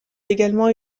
également